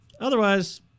Otherwise